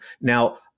Now